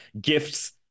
gifts